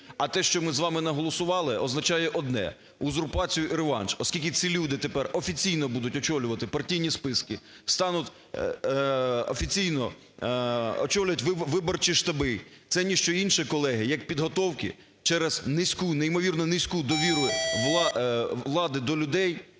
А те, що ми з вами наголосували, означає одне: узурпацію і реванш. Оскільки ці люди тепер офіційно будуть очолювати партійні списки, стануть офіційно очолювати виборчі штаби. Це ні що інше, колеги, як підготовки через низьку, неймовірно низьку довіру влади до людей,